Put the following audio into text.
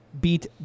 beat